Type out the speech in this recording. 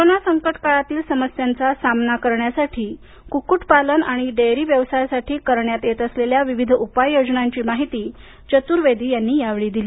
corona संकटकाळातील समस्यांचा सामना करण्यासाठी कुक्कुटपालन आणि डेअरी प व्यवसायासाठी करण्यात येत असलेल्या विविध उपाययोजनांची माहिती चतुर्वेदी यांनी यावेळी दिली